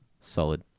solid